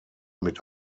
mit